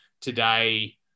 today